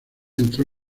entró